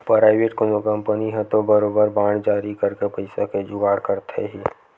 private कोनो company ह तो बरोबर बांड जारी करके पइसा के जुगाड़ करथे ही